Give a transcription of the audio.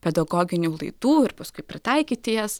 pedagoginių laidų ir paskui pritaikyti jas